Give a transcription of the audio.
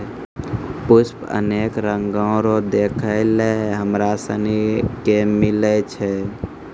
पुष्प अनेक रंगो रो देखै लै हमरा सनी के मिलै छै